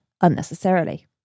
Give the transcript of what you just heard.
unnecessarily